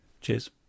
Cheers